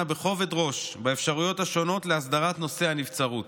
בכובד ראש באפשרויות השונות להסדרת נושא הנבצרות.